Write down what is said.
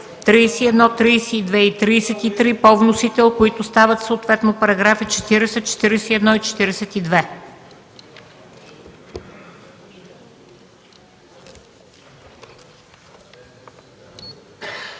31, 32 и 33 по вносител, които стават съответно параграфи 40, 41 и 42.